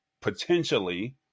potentially